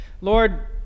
Lord